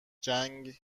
جنگ